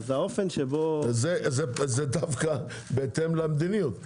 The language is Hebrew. זה דווקא בהתאם למדיניות.